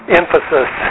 emphasis